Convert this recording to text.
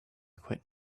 quit